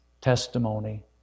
testimony